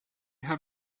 have